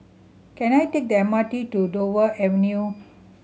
can I take the M R T to Dover Avenue